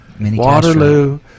Waterloo